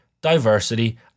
diversity